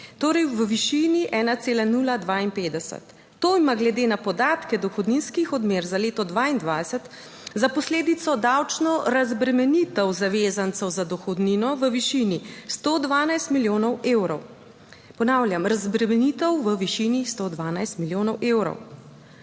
torej v višini, 1,052 to ima glede na podatke dohodninskih odmer za leto 2022 za posledico davčno razbremenitev zavezancev za dohodnino v višini 112 milijonov evrov, ponavljam, razbremenitev v višini 112 milijonov evrov.